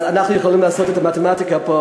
אז אנחנו יכולים לעשות את המתמטיקה פה,